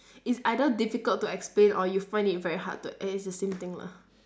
it's either difficult to explain or you find it very hard to e~ it's the same thing lah